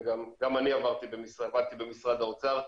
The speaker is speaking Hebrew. וגם אני עבדתי במשרד האוצר,